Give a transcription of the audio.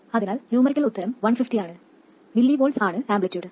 അതിനാൽ ന്യൂമറിക്കൽ ഉത്തരം 150 ആണ് mV ആണ് ആംപ്ലിറ്റ്യൂഡ്